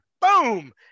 Boom